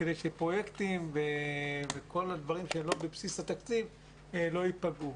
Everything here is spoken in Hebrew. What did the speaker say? כדי שפרויקטים וכל הדברים שהם לא בבסיס התקציב לא ייפגעו.